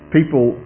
People